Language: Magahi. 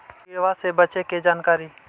किड़बा से बचे के जानकारी?